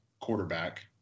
quarterback